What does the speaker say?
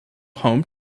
home